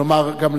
לומר גם לך.